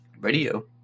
radio